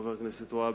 חבר הכנסת והבה,